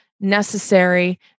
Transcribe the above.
necessary